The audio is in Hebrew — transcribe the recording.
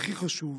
הכי חשוב,